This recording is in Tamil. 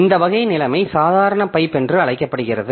இந்த வகை நிலைமை சாதாரண பைப் என்று அழைக்கப்படுகிறது